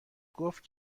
گفت